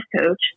coach